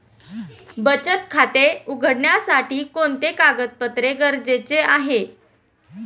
बचत खाते उघडण्यासाठी कोणते कागदपत्रे गरजेचे आहे?